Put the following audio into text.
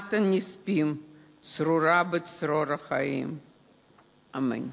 נשמת הנספים צרורה בצרור החיים, אמן.